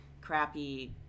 crappy